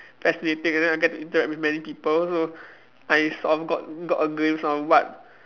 fascinating then I get to interact with many people so I s~ got got a glimpse on what